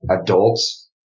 Adults